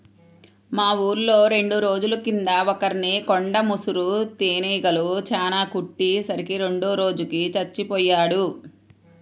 మా ఊర్లో రెండు రోజుల కింద ఒకర్ని కొండ ముసురు తేనీగలు చానా కుట్టే సరికి రెండో రోజుకి చచ్చిపొయ్యాడు